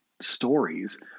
stories